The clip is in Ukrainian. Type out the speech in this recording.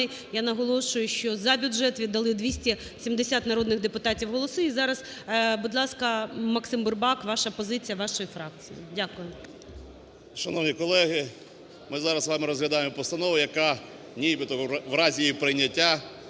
Я наголошую, що за бюджет віддали 270 народних депутатів голоси. І зараз, будь ласка, Максим Бурбак, ваша позиція, вашої фракції. 11:05:11 БУРБАК М.Ю. Шановні колеги! Ми зараз з вами розглядаємо постанову, яка нібито в разі її прийняття